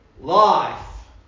life